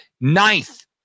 ninth